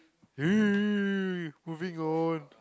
moving on